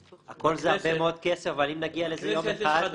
הכול זה הרבה מאוד כסף אבל אם נגיע לזה יום אחד,